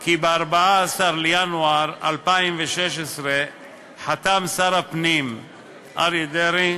כי ב-14 בינואר 2016 חתם שר הפנים אריה דרעי